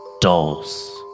dolls